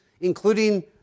including